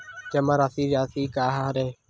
जमा राशि राशि का हरय?